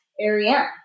Ariane